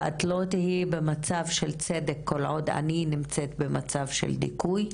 ואת לא תהיי במצב של צדק כל עוד אני נמצאת במצב של דיכוי,